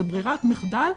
זה ברירת מחדל,